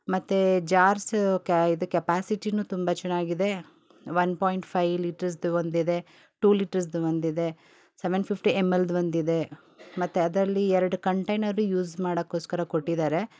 ಮತ್ತು ಜಾರ್ಸ್ ಕ್ಯಾ ಇದು ಕ್ಯಪಾಸಿಟಿನು ತುಂಬ ಚೆನ್ನಾಗಿದೆ ಒನ್ ಪಾಯಿಂಟ್ ಫೈವ್ ಲೀಟರ್ಸ್ದು ಒಂದಿದೆ ಟು ಲೀಟರ್ಸ್ದು ಒಂದಿದೆ ಸವೆನ್ ಫಿಫ್ಟಿ ಎಮ್ ಎಲ್ದ್ ಒಂದಿದೆ ಮತ್ತು ಅದರಲ್ಲೀ ಎರಡು ಕಂಟೈನರು ಯೂಸ್ ಮಾಡೋಕ್ಕೋಸ್ಕರ ಕೊಟ್ಟಿದಾರೆ